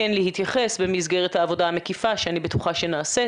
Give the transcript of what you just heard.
כן להתייחס במסגרת העבודה המקיפה שאני בטוחה שנעשית,